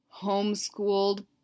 homeschooled